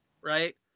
right